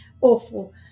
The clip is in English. awful